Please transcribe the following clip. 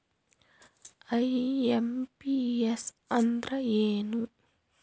IMPS ಅಂದ್ರ ಏನು?